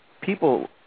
people